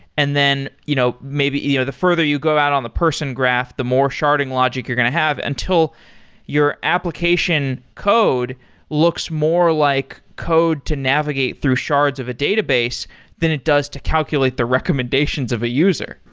and then you know maybe the further you go out on the person graph, the more sharding logic you're going to have, until your application code looks more like code to navigate through shards of a database than it does to calculate the recommendations of a user.